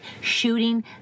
shooting